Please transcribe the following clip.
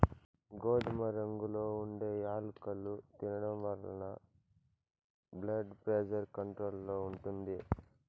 గోధుమ రంగులో ఉండే యాలుకలు తినడం వలన బ్లెడ్ ప్రెజర్ కంట్రోల్ లో ఉంటుంది